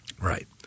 Right